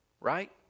Right